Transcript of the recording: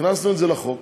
הכנסנו את זה לחוק